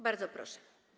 Bardzo proszę.